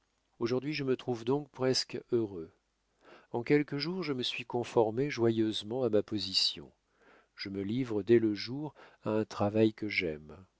aujourd'hui je me trouve donc presque heureux en quelques jours je me suis conformé joyeusement à ma position je me livre dès le jour à un travail que j'aime